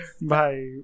Bye